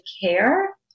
care